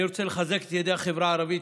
אני רוצה לחזק את ידי החברה הערבית,